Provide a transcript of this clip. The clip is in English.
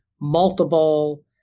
multiple